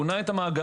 קונה את המאגר,